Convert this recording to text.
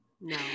No